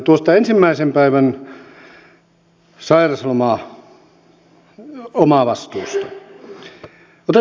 tuosta ensimmäisen päivän sairauslomaomavastuusta otetaan esimerkki